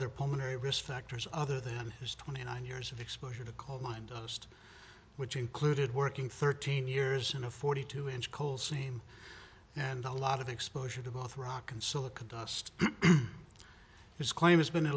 other pulmonary risk factors other than his twenty nine years of exposure to call mind honest which included working thirteen years in a forty two inch coal seam and a lot of exposure to both rock and silicon dust his claim has been